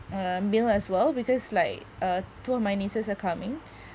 um meal as well because like uh two of my nieces are coming